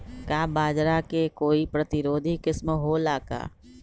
का बाजरा के कोई प्रतिरोधी किस्म हो ला का?